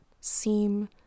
seem